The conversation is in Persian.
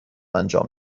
انجام